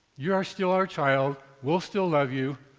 you are still our child, we'll still love you,